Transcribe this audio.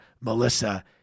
Melissa